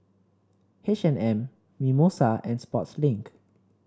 H and M Mimosa and Sportslink